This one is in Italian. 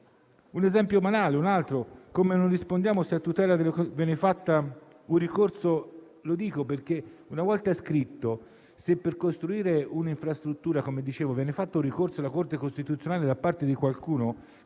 esempio banale: come rispondiamo se a tutela di un bene viene fatto un ricorso? Lo dico perché, una volta scritto, se per costruire un'infrastruttura viene fatto ricorso alla Corte costituzionale da parte di qualcuno,